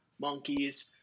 monkeys